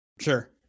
Sure